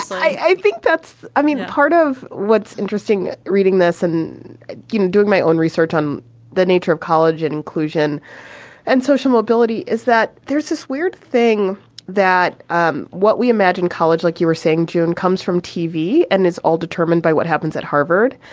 i think that's i mean, part of what's interesting reading this and you know doing my own research on the nature of college and inclusion and social mobility is that there's this weird thing that um what we imagine college like you were saying, june, comes from tv and it's all determined by what happens at harvard.